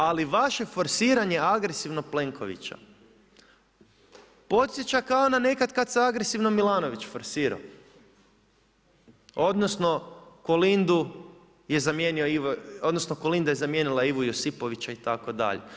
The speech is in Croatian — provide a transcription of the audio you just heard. Ali, vaše forsiranje agresivnog Plenkovića, podsjeća kao na nekad kad se agresivno Milanović forsirao, odnosno, Kolindu je zamijenio, odnosno, Kolinda je zamijenila Ivu Josipovića itd.